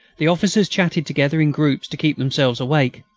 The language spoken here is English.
the officers chatted together in groups to keep themselves awake.